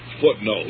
Footnote